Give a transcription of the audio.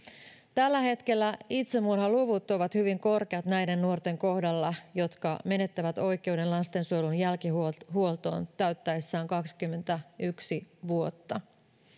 tällä hetkellä itsemurhaluvut ovat hyvin korkeat näiden nuorten kohdalla jotka menettävät oikeuden lastensuojelun jälkihuoltoon täyttäessään kaksikymmentäyksi vuotta